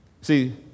see